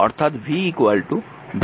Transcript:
অর্থাৎ v v1 v2